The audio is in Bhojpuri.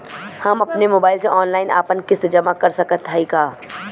हम अपने मोबाइल से ऑनलाइन आपन किस्त जमा कर सकत हई का?